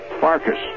Farkas